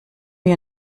wir